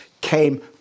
came